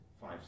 five